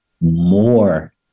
more